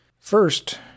First